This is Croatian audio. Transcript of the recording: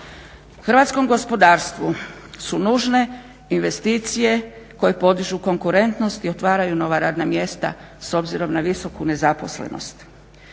Hrvatskom gospodarstvu su nužne investicije koje podižu konkurentnost i otvaraju nova radna mjesta s obzirom na visoku nezaposlenost.